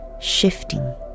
shifting